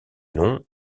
nom